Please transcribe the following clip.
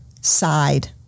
side